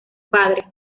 padre